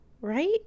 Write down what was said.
Right